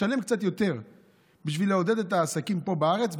תשלם קצת יותר בשביל לעודד את העסקים פה בארץ,